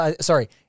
sorry –